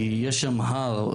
כי יש שם הר.